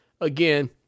Again